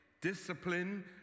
discipline